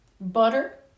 butter